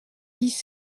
dix